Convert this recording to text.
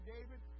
David